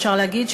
אפשר להגיד,